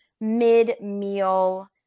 mid-meal